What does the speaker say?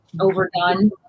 overdone